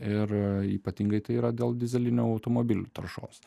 ir ypatingai tai yra dėl dyzelinių automobilių taršos